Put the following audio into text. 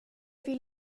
vill